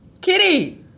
Kitty